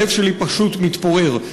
הלב שלי פשוט מתפורר.